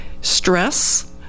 stress